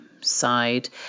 side